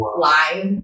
live